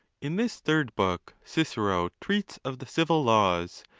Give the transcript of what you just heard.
in this third book cicero treats of the civil laws,